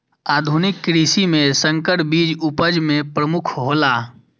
आधुनिक कृषि में संकर बीज उपज में प्रमुख हौला